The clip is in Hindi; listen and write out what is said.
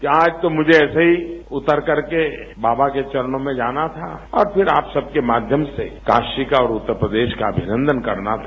यहां तो मुझे ऐसे ही उतर करके बाबा के चरणों में जाना था और फिर आप सबके माध्यम से काशी का और उत्तर प्रदेश का अभिनंदन करना था